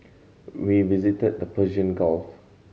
we visited the Persian Gulf